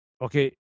okay